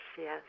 yes